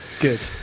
Good